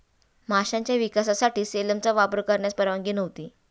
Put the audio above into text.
माशांच्या विकासासाठी सेलमनचा वापर करण्यास परवानगी नव्हती